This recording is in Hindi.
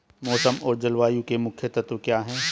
मौसम और जलवायु के मुख्य तत्व क्या हैं?